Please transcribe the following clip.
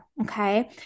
Okay